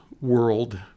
world